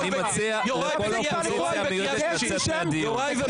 --- כל האופוזיציה המיועדת, לצאת מהדיון.